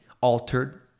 altered